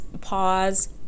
pause